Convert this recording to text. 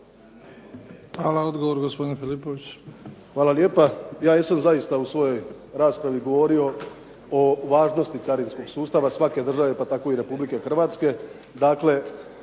**Filipović, Krešo (HDZ)** Hvala lijepa. Ja jesam zaista u svojoj raspravi govorio o važnosti carinskog sustava svake države, pa tako i Republike Hrvatske,